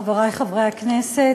חברי חברי הכנסת,